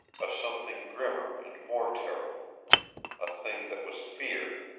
a something grimmer and more terrible a thing that was fear.